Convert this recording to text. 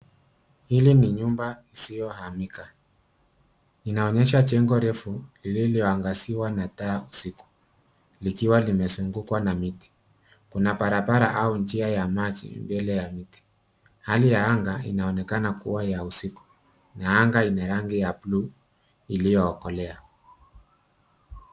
Hili ni nyumba isiyohamika. Inaonesha jengo refu lililoangaziwa na taa usiku likiwa limezungukwa na miti. Kuna barabara au njia ya maji mbele ya miti. Hali ya anga inaonekana kuwa ya usiku na anga ina rangi ya buluu iliyokolea.